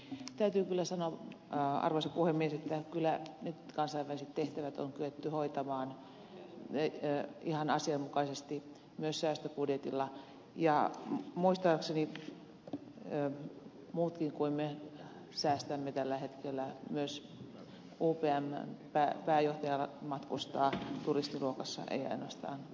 täytyy kyllä sanoa arvoisa puhemies että kyllä nyt kansainväliset tehtävät on kyetty hoitamaan ihan asianmukaisesti myös säästöbudjetilla ja muistaakseni muutkin kuin me säästämme tällä hetkellä myös upmn pääjohtaja matkustaa turistiluokassa eivät ainoastaan kansanedustajat